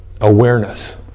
awareness